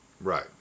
Right